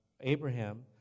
Abraham